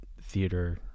theater